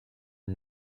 are